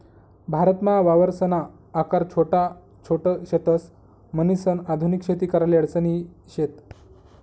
भारतमा वावरसना आकार छोटा छोट शेतस, म्हणीसन आधुनिक शेती कराले अडचणी शेत